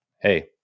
hey